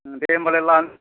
दे होम्बालाय लानोसै दे